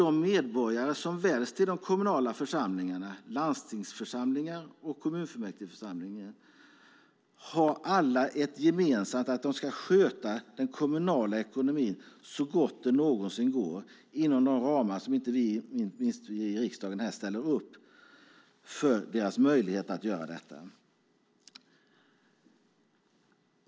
De medborgare som väljs till de kommunala församlingarna - landstingsfullmäktige och kommunfullmäktige - har alla ett gemensamt: De ska sköta den kommunala ekonomin så gott det någonsin går inom de ramar som inte minst vi i riksdagen ställer upp för deras möjligheter att göra det.